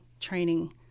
training